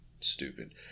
stupid